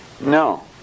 no